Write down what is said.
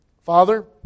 Father